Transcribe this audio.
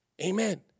Amen